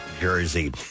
Jersey